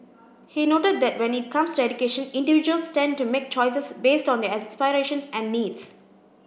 he noted that when it comes to education individuals tend to make choices based on their aspirations and needs